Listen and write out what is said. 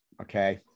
okay